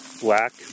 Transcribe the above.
black